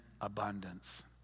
abundance